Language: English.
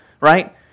right